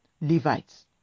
levites